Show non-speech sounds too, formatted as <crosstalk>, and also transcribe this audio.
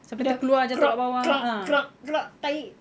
<noise> tahi